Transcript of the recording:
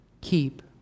Keep